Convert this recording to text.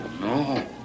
No